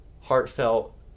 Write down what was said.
heartfelt